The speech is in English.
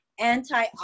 antioxidant